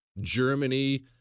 Germany